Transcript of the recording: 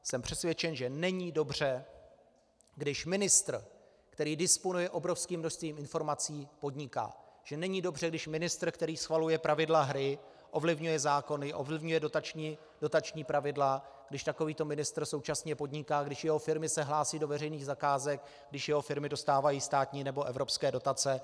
Jsem přesvědčen, že není dobře, když ministr, který disponuje obrovským množstvím informací, podniká, že není dobře, když ministr, který schvaluje pravidla hry, ovlivňuje zákony, ovlivňuje dotační pravidla, současně podniká, když jeho firmy se hlásí do veřejných zakázek, když jeho firmy dostávají státní nebo evropské dotace.